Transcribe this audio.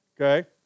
Okay